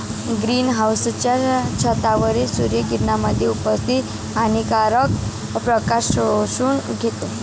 green हाउसच्या छतावरील सूर्य किरणांमध्ये उपस्थित हानिकारक प्रकाश शोषून घेतो